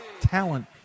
talent